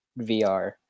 VR